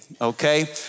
okay